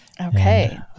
Okay